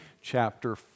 chapter